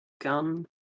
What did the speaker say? gun